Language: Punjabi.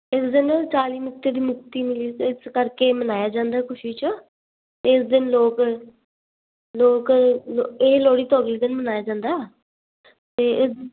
ਇਸ ਦਿਨ ਚਾਲੀ ਮੁਕਤਿਆਂ ਦੀ ਮੁਕਤੀ ਮਿਲੀ ਇਸ ਕਰਕੇ ਮਨਾਇਆ ਜਾਂਦਾ ਖੁਸ਼ੀ 'ਚ ਅਤੇ ਉਸ ਦਿਨ ਲੋਕ ਲੋਕ ਇਹ ਲੋਹੜੀ ਤੋਂ ਅਗਲੇ ਦਿਨ ਮਨਾਇਆ ਜਾਂਦਾ ਅਤੇ